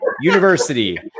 University